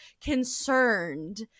concerned